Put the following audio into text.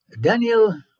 Daniel